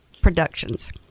productions